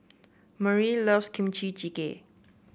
Merle loves Kimchi Jjigae